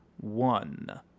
one